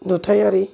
नुथायारि